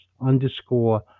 underscore